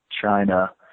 China